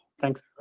thanks